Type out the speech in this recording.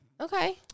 Okay